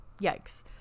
yikes